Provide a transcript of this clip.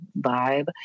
vibe